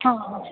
हां हां